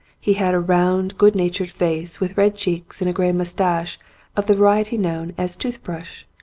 he had a round good-natured face, with red cheeks and a grey moustache of the variety known as tooth brush.